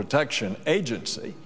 protection agency